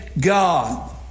God